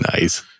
Nice